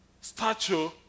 statue